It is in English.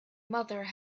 mother